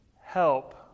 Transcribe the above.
help